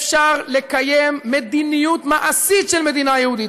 אפשר לקיים מדיניות מעשית של מדינה יהודית,